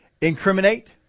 incriminate